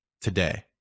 today